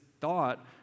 thought